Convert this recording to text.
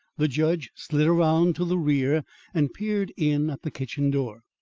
the judge slid around to the rear and peered in at the kitchen door.